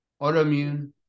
autoimmune